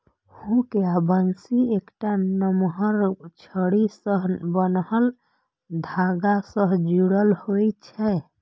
hook या बंसी एकटा नमहर छड़ी सं बान्हल धागा सं जुड़ल होइ छै